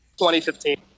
2015